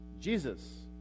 Jesus